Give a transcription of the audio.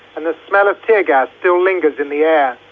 and the smell of tear-gas still lingers in the air.